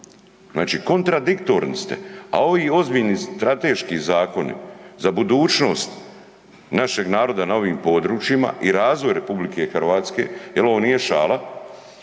Znači, kontradiktorni ste, a ovi ozbiljni strateški zakoni za budućnost našeg naroda na ovim područjima i razvoj RH jel ovo nije šala,